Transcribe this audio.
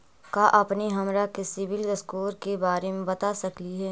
का अपने हमरा के सिबिल स्कोर के बारे मे बता सकली हे?